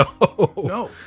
No